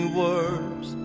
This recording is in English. words